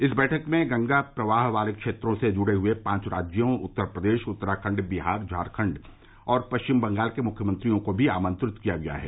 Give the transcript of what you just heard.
इस बैठक में गंगा प्रवाह वाले क्षेत्रों से जुड़े हुए पांच राज्यों उत्तर प्रदेश उत्तराखण्ड बिहार झारखंड और पश्चिम बंगाल के मुख्यमंत्रियों को भी आमंत्रित किया गया है